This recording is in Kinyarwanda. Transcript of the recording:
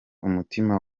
umutima